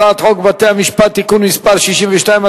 הצעת חוק בתי-המשפט (תיקון מס' 62),